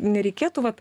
nereikėtų vat